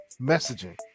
messaging